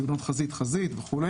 תאונות חזית-חזית וכו'.